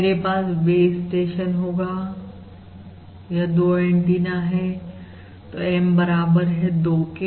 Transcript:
मेरे पास base station होगा और यह दो एंटीना है तो M बराबर है 2 के